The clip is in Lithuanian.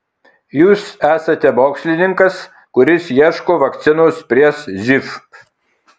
jūs esate mokslininkas kuris ieško vakcinos prieš živ